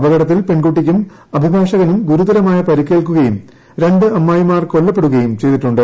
അപകടത്തിൽ പെൺകുട്ടിക്കും അഭിഭാഷകനും ഗുരുതരമായ പരിക്കേൽക്കുകയും രണ്ട് അമ്മായിമാർ കൊല്ലപ്പെടുകയും ചെയ്തിട്ടുണ്ട്